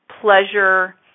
pleasure